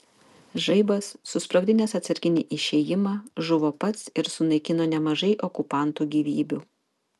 žaibas susprogdinęs atsarginį išėjimą žuvo pats ir sunaikino nemažai okupantų gyvybių